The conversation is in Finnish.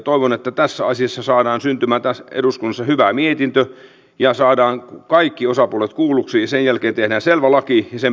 toivon että tässä asiassa saadaan syntymään eduskunnassa hyvä mietintö ja saadaan kaikki osapuolet kuulluiksi ja sen jälkeen tehdään selvä laki ja sen perustelut